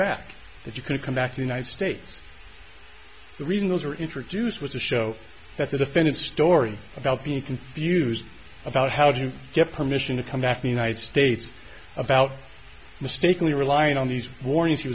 back that you could come back the united states the reason those were introduced was the show that the defendant story about being confused about how do you get permission to come back the united states about mistakenly relying on these warnings he